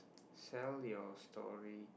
sell your story